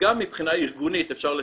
וגם מבחינה ארגונית אפשר לשנות.